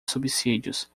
subsídios